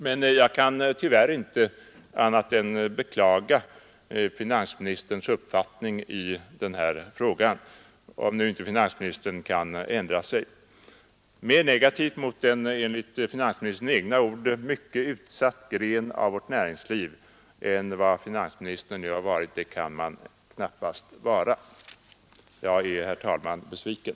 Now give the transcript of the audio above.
Men jag kan tyvärr inte annat än beklaga finansministerns uppfattning i denna fråga, om nu finansministern inte kan ändra sig. Mer negativ mot en enligt finansministerns egna ord mycket utsatt gren av vårt näringsliv än vad finansministern nu har varit kan man knappast vara. Jag är, herr talman, besviken.